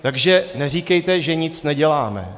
Takže neříkejte, že nic neděláme.